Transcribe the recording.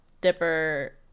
dipper